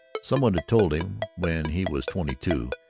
some one had told him, when he was twenty-two,